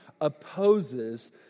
opposes